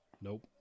Nope